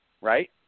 right